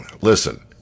Listen